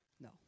No